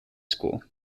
school